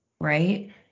right